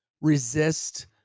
resist